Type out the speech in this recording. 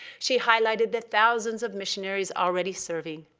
she highlighted the thousands of missionaries already serving.